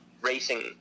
racing